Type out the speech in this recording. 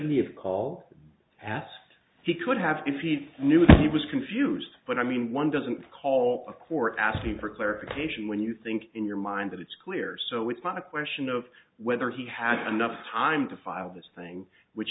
of all asked he could have if he'd knew he was confused but i mean one doesn't call a court asking for clarification when you think in your mind that it's clear so it's not a question of whether he had enough time to file this thing which